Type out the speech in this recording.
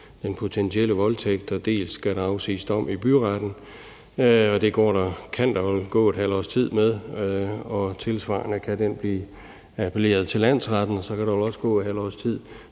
den potentielle voldtægt, dels skal der afsiges dom i byretten, og det kan der vel gå et halvt års tid med. Tilsvarende kan den dom bliver appelleret til landsretten, og så kan der vel også gå et halvt års tid.